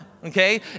Okay